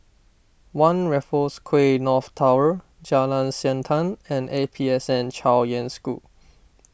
one Raffles Quay North Tower Jalan Siantan and A P S N Chaoyang School